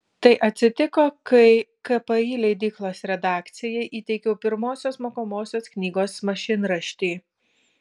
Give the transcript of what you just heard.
tai atsitiko kai kpi leidyklos redakcijai įteikiau pirmosios mokomosios knygos mašinraštį